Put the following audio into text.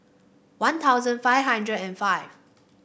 One Thousand five hundred and five